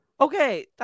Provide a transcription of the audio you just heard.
okay